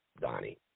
Donnie